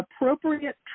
appropriate